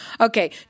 Okay